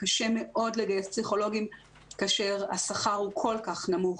וקשה מאוד לגייס פסיכולוגים כאשר השכר הוא כל כך נמוך.